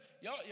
Y'all